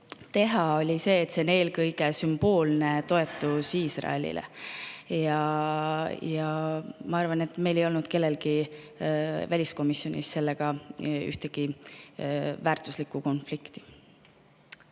teha, öeldes, et see on eelkõige sümboolne toetus Iisraelile. Ma arvan, et meil ei olnud kellelgi väliskomisjonis siin ühtegi väärtuskonflikti.